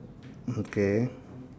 okay